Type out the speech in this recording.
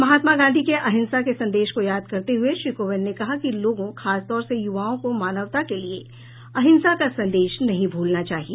महात्मा गांधी के अहिंसा के संदेश को याद करते हुए श्री कोविंद ने कहा कि लोगों खासतौर से युवाओं को मानवता के लिए अहिंसा का संदेश नहीं भूलना चाहिए